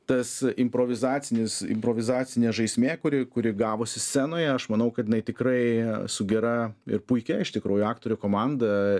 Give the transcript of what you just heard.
tas improvizacinis improvizacinė žaismė kuri kuri gavosi scenoje aš manau kad jinai tikrai su gera ir puikia iš tikrųjų aktorių komanda